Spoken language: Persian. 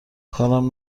کارم